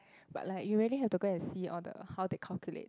but like you really have to go and see all the how they calculate